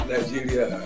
Nigeria